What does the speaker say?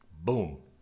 Boom